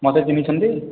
ମୋତେ ଚିହ୍ନିଛନ୍ତି